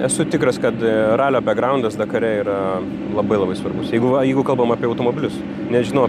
esu tikras kad ralio begraudnas dakare yra labai labai svarbus jeigu va jeigu kalbam apie automobilius nežinau